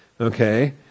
Okay